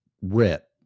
rip